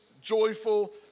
joyful